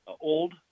old